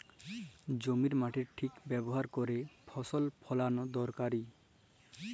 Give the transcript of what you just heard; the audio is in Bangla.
জমির মাটির ঠিক ব্যাভার ক্যইরে ফসল ফলাল দরকারি